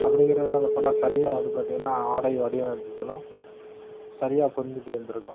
அப்படிங்கிறத அந்தப் படம் சரியாக வந்து பார்த்திங்கன்னா ஆடை வடிவமைப்பு இதெலாம் சரியாக பொருந்தி போயிருந்திருக்கும்